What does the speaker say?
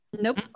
nope